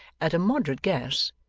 at a moderate guess,